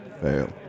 fail